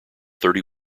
thirty